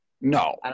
No